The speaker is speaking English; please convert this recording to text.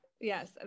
Yes